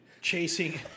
Chasing